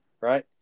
right